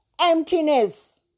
Emptiness